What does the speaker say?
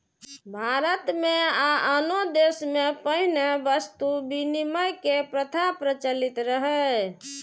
भारत मे आ आनो देश मे पहिने वस्तु विनिमय के प्रथा प्रचलित रहै